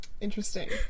Interesting